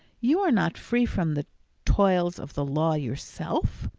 you are not free from the toils of the law yourself!